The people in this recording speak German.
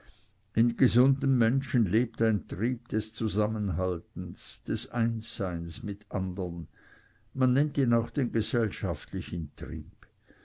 in gesunden menschen lebt ein trieb des zusammenhaltens des einsseins mit andern man nennt ihn auch den gesellschaftlichen trieb